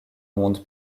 monde